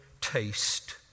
taste